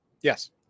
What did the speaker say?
yes